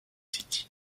city